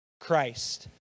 Christ